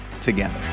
together